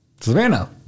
Savannah